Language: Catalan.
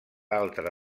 altra